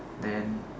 then